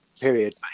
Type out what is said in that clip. period